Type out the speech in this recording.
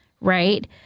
Right